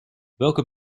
welke